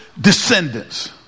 descendants